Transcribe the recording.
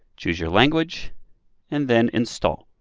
choose your language and then install.